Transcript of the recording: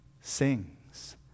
sings